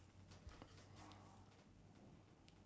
no the the the the bird on top of the stone